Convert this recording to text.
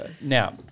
now